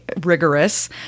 rigorous